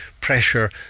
pressure